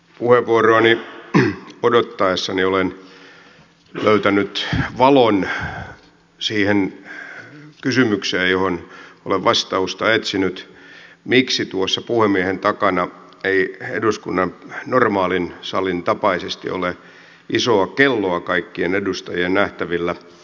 puheenvuoroani odottaessani olen löytänyt vastauksen siihen kysymykseen johon olen vastausta etsinyt miksi tuossa puhemiehen takana ei eduskunnan normaalin salin tapaisesti ole isoa kelloa kaikkien edustajien nähtävillä